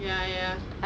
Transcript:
ya ya